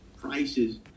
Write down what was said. prices